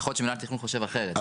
יכול להיות שמינהל התכנון חושב אחרת.